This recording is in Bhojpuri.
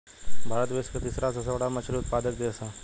भारत विश्व के तीसरा सबसे बड़ मछली उत्पादक देश ह